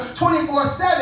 24-7